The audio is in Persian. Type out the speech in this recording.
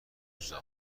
وجود